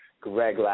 Greg